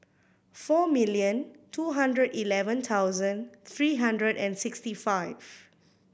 four million two hundred eleven thousand three hundred and sixty five